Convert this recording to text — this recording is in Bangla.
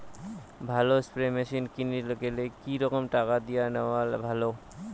ভালো স্প্রে মেশিন কিনির গেলে কি রকম টাকা দিয়া নেওয়া ভালো?